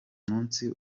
munsi